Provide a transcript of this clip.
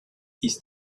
ist